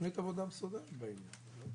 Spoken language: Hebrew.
תוכנית עבודה מסודרת בעניין.